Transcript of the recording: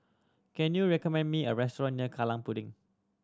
can you recommend me a restaurant near Kallang Pudding